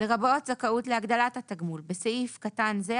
לרבות זכאות להגדלת התגמול (בסעיף קטן זה,